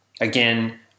Again